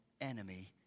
enemy